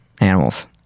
animals